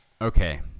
Okay